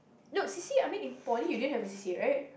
no C_C_A I mean in poly you didn't have a C_C_A right